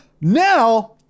Now